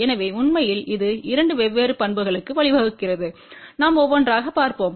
எனவே உண்மையில் இது இரண்டு வெவ்வேறு பண்புகளுக்கு வழிவகுக்கிறது நாம் ஒவ்வொன்றாக பார்ப்போம்